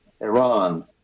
Iran